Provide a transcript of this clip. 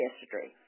history